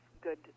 good